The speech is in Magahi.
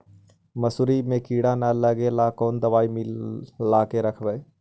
मसुरी मे किड़ा न लगे ल कोन दवाई मिला के रखबई?